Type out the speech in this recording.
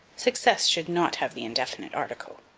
success should not have the indefinite article.